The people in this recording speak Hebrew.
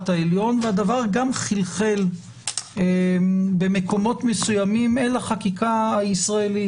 העליון והדבר גם חלחל במקומות מסומים אל החקיקה הישראלית.